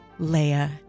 leia